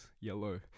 yellow